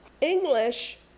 English